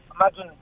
imagine